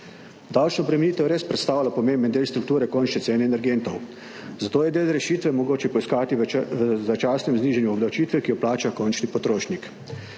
Davčna obremenitev res predstavlja pomemben del strukture končnih cen energentov, zato je del rešitve mogoče poiskati v začasnem znižanju obdavčitve, ki jo plača končni potrošnik.